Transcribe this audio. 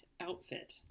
outfit